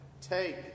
Take